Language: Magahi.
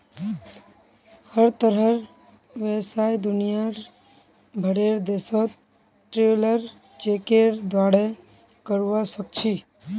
हर तरहर व्यवसाय दुनियार भरेर देशत ट्रैवलर चेकेर द्वारे करवा सख छि